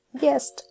Yes